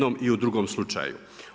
i u drugom slučaju.